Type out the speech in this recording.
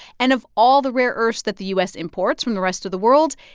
and of all the rare earths that the u s. imports from the rest of the world,